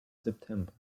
september